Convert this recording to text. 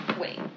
Wait